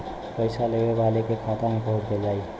पइसा लेवे वाले के खाता मे पहुँच जाई